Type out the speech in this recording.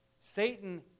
Satan